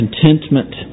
contentment